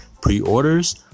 Pre-orders